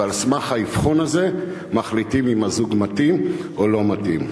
ועל סמך האבחון הזה מחליטים אם הזוג מתאים או לא מתאים.